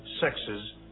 sexes